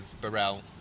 Burrell